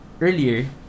earlier